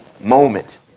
moment